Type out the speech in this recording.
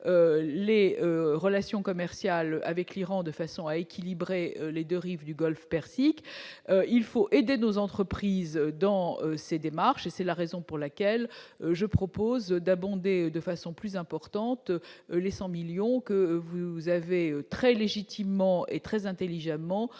les relations commerciales avec l'Iran, de façon à équilibrer les 2 rives du Golfe Persique, il faut aider nos entreprises dans ses démarches et c'est la raison pour laquelle je propose d'abonder de façon plus importante, les 100 millions que vous avez très légitimement et très intelligemment